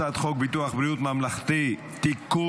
הצעת חוק ביטוח בריאות ממלכתי (תיקון,